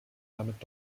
damit